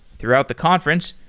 throughout the conference,